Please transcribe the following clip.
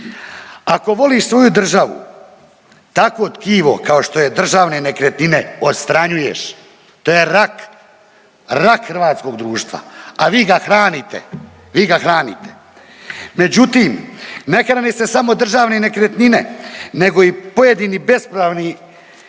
Ako voliš svoju državu, takvo tkivo kao što je Državne nekretnine odstranjuješ, to je rak, rak hrvatskog društva, a vi ga hranite. Vi ga hranite. Međutim, ne hrane se samo Državne nekretnine, nego i pojedini bespravni